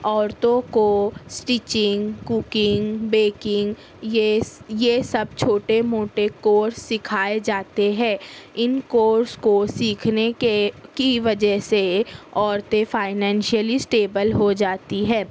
عورتوں کو stitching cooking baking یہ یہ سب چھوٹے موٹے کورس سکھائے جاتے ہے اِن کورس کو سیکھنے کے کی وجہ سے عورتیں فائنینشلی اسٹیبل ہو جاتی ہے